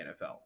NFL